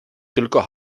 tylko